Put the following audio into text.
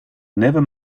never